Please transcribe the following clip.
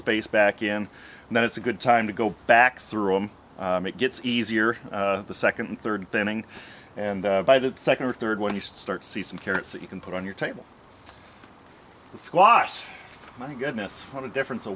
space back in and then it's a good time to go back through and it gets easier the second and third thinning and by the second or third one you start to see some carrots that you can put on your table squash my goodness what a difference a